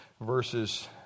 verses